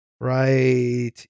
right